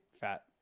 fat